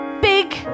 big